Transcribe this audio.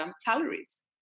salaries